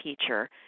teacher